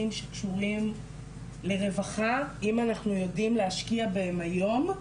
שקשורים לרווחה אם אנחנו יודעים להשקיע בהם היום,